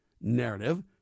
narrative